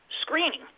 screening